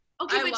okay